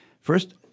First